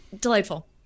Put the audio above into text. Delightful